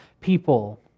people